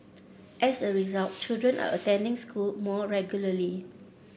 as a result children are attending school more regularly